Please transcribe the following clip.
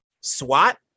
swat